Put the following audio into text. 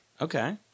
Okay